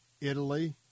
Italy